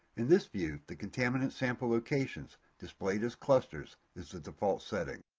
in this view the contaminant sample locations, displayed as clusters, is the default setting.